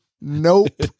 Nope